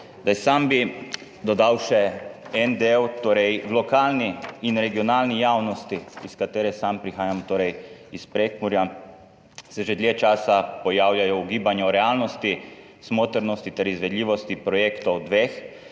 Sam bi dodal še en del. V lokalni in regionalni javnosti, iz katere sam prihajam, torej iz Prekmurja, se že dlje časa pojavljajo ugibanja o realnosti, smotrnosti ter izvedljivosti dveh